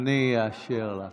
אאשר לך.